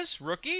rookie